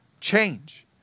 change